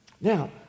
now